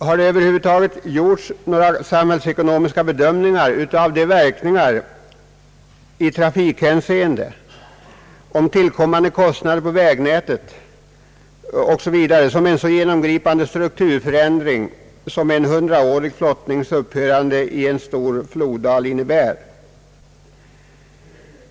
Har det över huvud taget gjorts några samhällsekonomiska bedömningar av de verkningar i trafikhänseende, om tillkommande kostnader beträffande vägnätet osv., som en så genomgripande strukturförändring som en hundraårig flottnings upphörande i en stor floddal innebär?